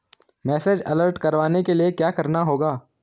Message alert करवाने के लिए क्या करना होगा?